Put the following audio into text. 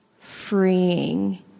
freeing